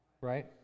Right